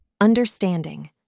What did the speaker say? Understanding